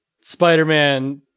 spider-man